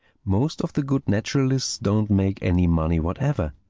most of the good naturalists don't make any money whatever.